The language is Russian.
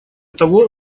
того